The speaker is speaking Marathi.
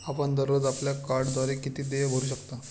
आपण दररोज आपल्या कार्डद्वारे किती देय भरू शकता?